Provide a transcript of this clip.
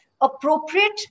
appropriate